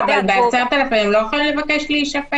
בקנס של 10,000 ש"ח הוא לא יכול לבקש להישפט?